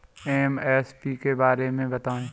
MSP के बारे में बतायें?